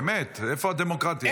באמת, איפה הדמוקרטיה?